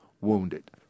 wounded